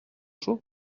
chaud